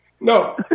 No